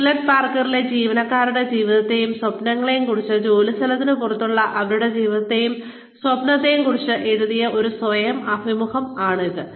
Hewlett പാക്കാർഡിലെ ജീവനക്കാരുടെ ജീവിതത്തെയും സ്വപ്നങ്ങളെയും കുറിച്ച് ജോലിസ്ഥലത്തിന് പുറത്തുള്ള അവരുടെ ജീവിതത്തെയും സ്വപ്നങ്ങളെയും കുറിച്ച് എഴുതിയ ഒരു സ്വയം അഭിമുഖമാണിത്